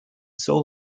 saw